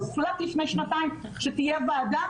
הוחלט לפני שנתיים שתהיה ועדה.